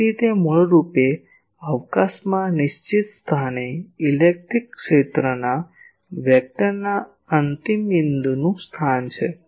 તેથી તે મૂળ રૂપે અવકાશમાં નિશ્ચિત સ્થાને ઇલેક્ટ્રિક ક્ષેત્રના સદિશના અંતિમ બિંદુનું સ્થાન છે